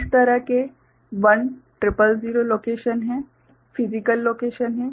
इस तरह के 1000 लोकेशन हैं फिसिकल लोकेशन हैं